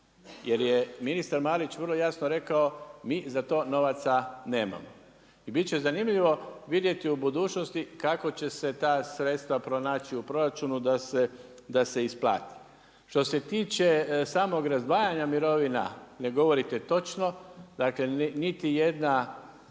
jer je ministar Marić vrlo jasno rekao, mi za to novaca nemamo. I biti će zanimljivo vidjeti u budućnosti kako će se ta sredstva pronaći u proračunu da se isplati. Što se tiče samog razdvajanja mirovina, ne govorite točno, dakle niti jedna